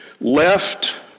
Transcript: left